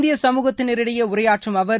இந்திய சமூகத்தினரிடையே உரையாற்றும் அவர்